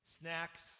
snacks